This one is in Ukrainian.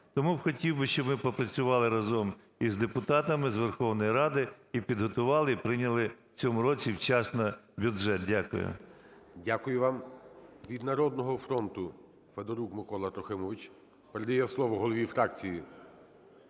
тому хотів би, щоб ми попрацювали разом із депутатами з Верховної Ради і підготували, і прийняли в цьому році вчасно бюджет. Дякую. ГОЛОВУЮЧИЙ. Дякую вам. Від "Народного фронту" Федорук Микола Трохимович. Передає слово голові фракції